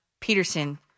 Peterson